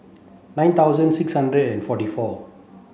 nine thousand six hundred and forty four